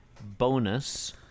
bonus